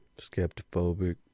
Skeptophobic